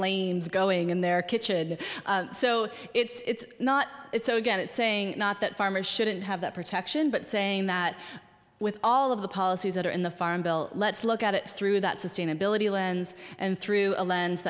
flames going in their kitchen so it's not it's so again it's saying not that farmers shouldn't have that protection but saying that with all of the policies that are in the farm bill let's look at it through that sustainability lens and through a lens